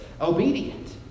obedient